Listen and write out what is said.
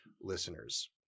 listeners